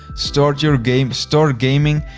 start your game, start gaming,